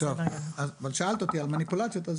שאלת אותי על מניפולציות,